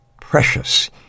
precious